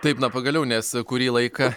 taip na pagaliau nes kurį laiką